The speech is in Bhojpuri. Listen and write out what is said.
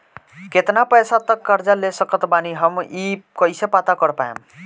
केतना पैसा तक कर्जा ले सकत बानी हम ई कइसे पता कर पाएम?